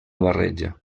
barreja